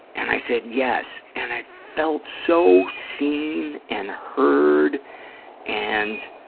and i said, yes. and i felt so seen and heard and,